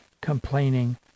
complaining